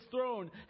throne